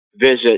visit